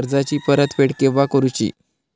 कर्जाची परत फेड केव्हा करुची?